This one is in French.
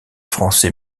français